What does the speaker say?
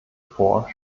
vor